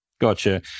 Gotcha